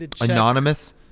anonymous